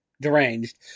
deranged